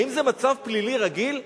האם זה מצב פלילי רגיל?